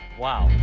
wow,